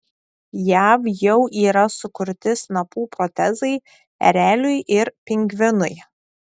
jav jau yra sukurti snapų protezai ereliui ir pingvinui